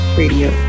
radio